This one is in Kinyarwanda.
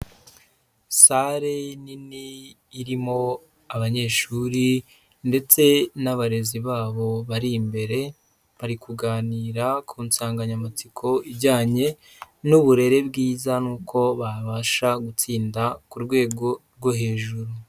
Salle nini irimo abanyeshuri ndetse n'abarezi babo bari imbere, bari kuganira ku nsanganyamatsiko ijyanye n'uburere bwiza n'uko babasha gutsinda ku rwego rwo hejuru.